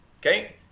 okay